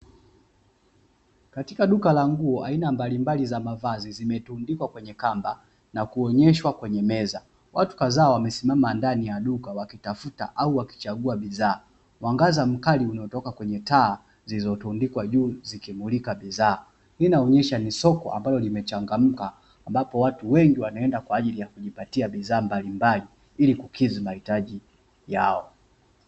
Katika duka la nguo la aina mbalimbali za mavazi zimetundikwa kwenye kamba na kuonyeshwa kwenye meza, watu kadhaa wamesimama ndani ya duka wakitafuta au wakichagua bidhaa mwangaza mkali uliotoka kwenye taa zilizotundikwa juu zikimulika bidhaa hii inaonyesha ni soko ambalo limechangamka ambapo watu wengi wanaenda kwa ajili ya kujipatia bidhaa mbalimbali ili kukidhi mahitaji yao.